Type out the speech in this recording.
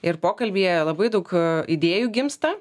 ir pokalbyje labai daug idėjų gimsta